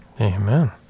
Amen